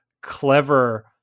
clever